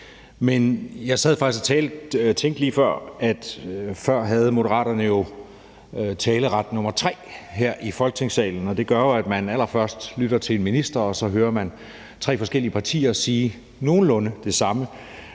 Men jeg sad faktisk og tænkte lige før, at før havde Moderaterne jo taleret som nr. 3 her i Folketingssalen, og det betyder jo, at man allerførst lytter til en minister, og så hører man tre forskellige partier sige nogenlunde det samme.